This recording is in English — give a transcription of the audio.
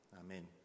Amen